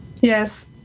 Yes